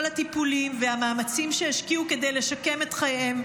כל הטיפולים והמאמצים שהשקיעו כדי לשקם את חייהם,